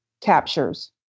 captures